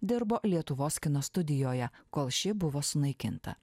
dirbo lietuvos kino studijoje kol ši buvo sunaikinta